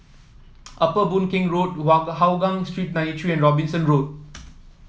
Upper Boon Keng Road Hougang Street ninety three and Robinson Road